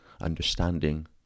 understanding